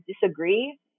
disagree